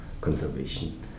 conservation